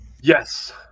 yes